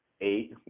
eight